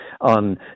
on